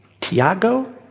Tiago